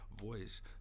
voice